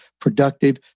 productive